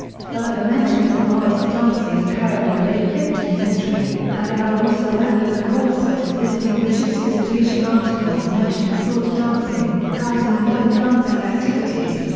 further mentions of morris dancing occur in the late fifteenth century, and there are also early records such as visiting bishops' visitation articles mention sword dancing, guising and other dancing activities,